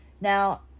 Now